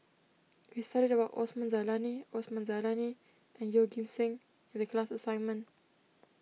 we studied about Osman Zailani Osman Zailani and Yeoh Ghim Seng in the class assignment